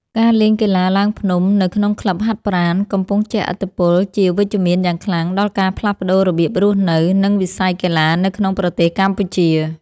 ការលេងកីឡាឡើងភ្នំនៅក្នុងក្លឹបហាត់ប្រាណ កំពុងជះឥទ្ធិពលជាវិជ្ជមានយ៉ាងខ្លាំងដល់ការផ្លាស់ប្តូររបៀបរស់នៅ និងវិស័យកីឡានៅក្នុងប្រទេសកម្ពុជា។